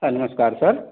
हाँ नमस्कार सर